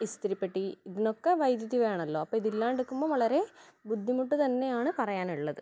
ഇസ്തിരിപ്പെട്ടി ഇതിനൊക്കെ വൈദ്യുതി വേണല്ലോ അപ്പം ഇതില്ലാണ്ടിരിക്കുമ്പോൾ വളരെ ബുദ്ധിമുട്ട് തന്നെയാണ് പറയാനുള്ളത്